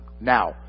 Now